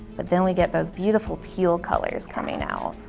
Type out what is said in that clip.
but then we get those beautiful teal colors coming out.